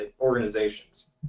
organizations